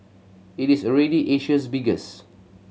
it is already Asia's biggest